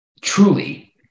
truly